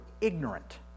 ignorant